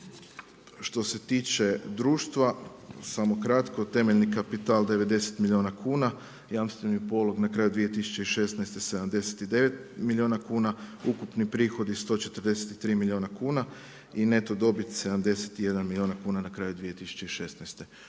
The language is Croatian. Što se tiče društva, samo kratko. Temeljni kapital 90 milijuna kuna, jamstveni polog na kraju 2016., 79 milijuna kuna, ukupni prihodi 143 milijuna kuna, i neto dobit 71 milijuna kuna na kraju 2016. Što